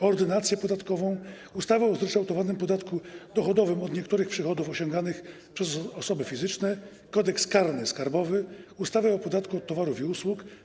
Ordynację podatkową, ustawę o zryczałtowanym podatku dochodowym od niektórych przychodów osiąganych przez osoby fizyczne, Kodeks karny skarbowy, ustawę o podatku od towarów i usług,